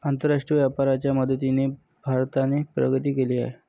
आंतरराष्ट्रीय व्यापाराच्या मदतीने भारताने प्रगती केली आहे